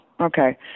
Okay